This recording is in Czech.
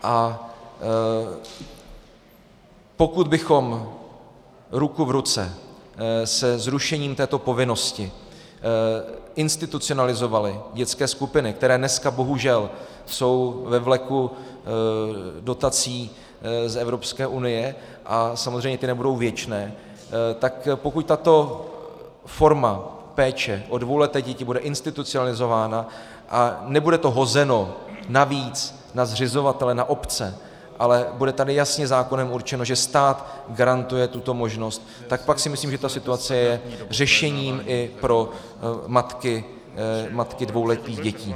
A pokud bychom ruku v ruce se zrušením této povinnosti institucionalizovali dětské skupiny, které jsou dneska bohužel ve vleku dotací z Evropské unie, a ty samozřejmě nebudou věčné, tak pokud tato forma péče o dvouleté děti bude institucionalizována a nebude to hozeno navíc na zřizovatele, na obce, ale bude tady jasně zákonem určeno, že stát garantuje tuto možnost, pak si myslím, že tato situace je řešením i pro matky dvouletých dětí.